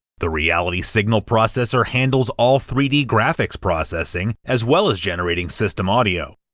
the reality signal processor handles all three d graphics processing as well as generating system audio,